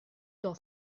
dans